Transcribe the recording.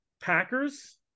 Packers